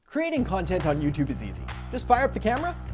creating content on youtube is easy. just fire up the camera.